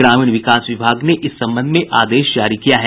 ग्रामीण विकास विभाग ने इस संबंध में आदेश जारी किया है